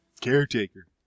Caretaker